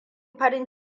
farin